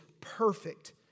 perfect